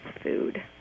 food